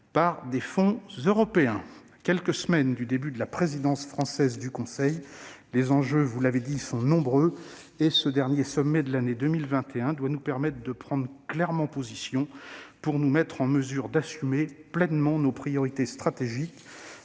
par des fonds européens ? À quelques semaines du début de la présidence française du Conseil de l'Union, les enjeux- vous l'avez dit -sont nombreux. Ce dernier sommet de l'année 2021 doit nous permettre de prendre clairement position et nous mettre en situation d'assumer pleinement nos priorités stratégiques